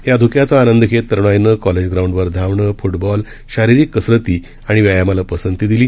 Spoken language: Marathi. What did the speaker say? या ध्क्यांचा आनंद घेत तरुणाईन कॉलेज ग्रांडवर धावणं फ्टबॉल शारीरिक कसरती आणि व्यायामाला पसंती दिली